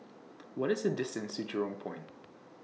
What IS The distance to Jurong Point